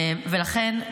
לכן,